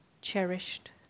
cherished